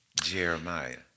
Jeremiah